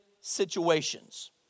situations